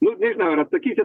nu nežinau ar atsakysit